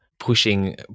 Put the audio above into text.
pushing